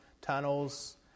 tunnels